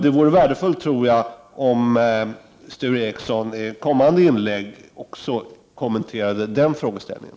Det vore värdefullt om Sture Ericson i kommande inlägg kommenterade också den frågeställningen.